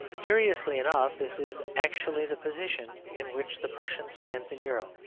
curiously enough this is actually the position in which the prussian stands in europe.